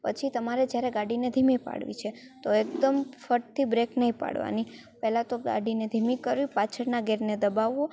પછી તમારે જ્યારે ગાડીને ધીમી પાડવી છે તો એકદમ ફટથી બ્રેક નહીં પાડવાની પહેલાં તો ગાડીને ધીમી કરવી પાછળના ગેરને દબાવવો